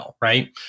right